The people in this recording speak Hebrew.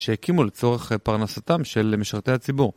שהקימו לצורך פרנסתם של משרתי הציבור.